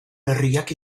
herriak